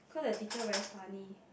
cause the teacher very funny